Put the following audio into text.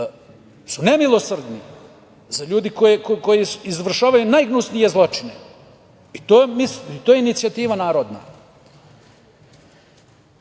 su nemilosrdni, za ljude koji izvršavaju najgnusnije zločine. To je narodna inicijativa. Narodna